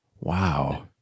Wow